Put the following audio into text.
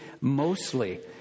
mostly